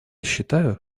считаю